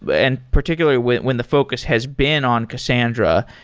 and particularly when when the focus has been on cassandra.